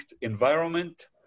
environment